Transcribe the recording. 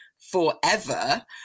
forever